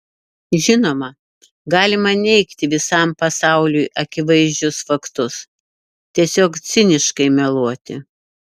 žinoma galima neigti visam pasauliui akivaizdžius faktus tiesiog ciniškai meluoti